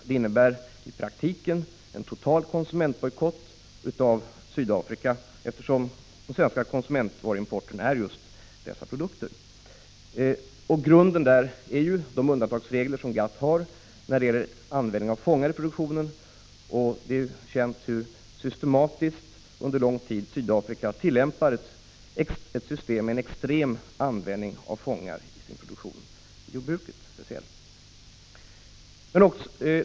Det innebär i princip en total konsumentbojkott av Sydafrika, eftersom den svenska konsumentvaruimporten består just av dessa produkter. Grunden där är de undantagsregler som GATT har när det gäller användning av fångar i produktionen. Det är känt hur Sydafrika sedan lång tid har tillämpat ett system med extrem användning av fångar i sin produktion, speciellt i jordbruket.